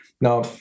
Now